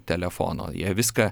telefono jie viską